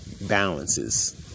balances